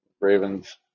Ravens